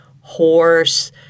horse